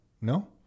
No